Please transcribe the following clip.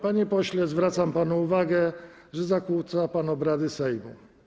Panie pośle, zwracam panu uwagę, że zakłóca pan obrady Sejmu.